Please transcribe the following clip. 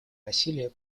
носили